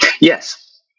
Yes